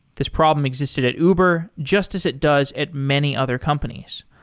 this problem existed at uber just as it does at many other companies.